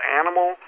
animal